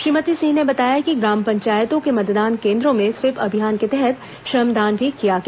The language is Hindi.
श्रीमती सिंह ने बताया कि ग्राम पंचायतों के मतदान केंद्रों में स्वीप अभियान के तहत श्रमदान भी किया गया